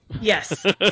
Yes